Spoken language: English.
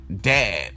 dad